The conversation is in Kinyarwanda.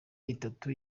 itatu